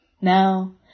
Now